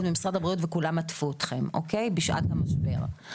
ומשרד הבריאות וכולם עטפו אתכם בשעת המשבר,